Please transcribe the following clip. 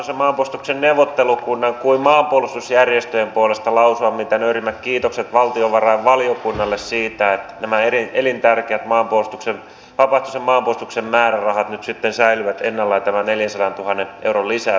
en sinänsä nyt ota hakkaraisen tarinaan kantaa mutta se on kuitenkin tosiasia että meillä on tällä hetkellä valtava tämä maahanmuuton määrä ja me olemme tosi haasteessa tämän kanssa